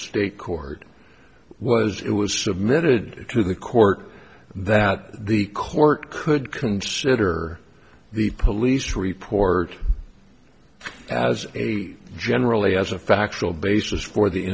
state court was it was submitted to the court that the court could consider the police report as generally as a factual basis for the